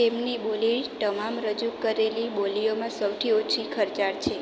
તેમની બોલી તમામ રજૂ કરેલી બોલીઓમાં સૌથી ઓછી ખર્ચાળ છે